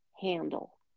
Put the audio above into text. handle